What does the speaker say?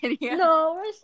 No